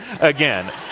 again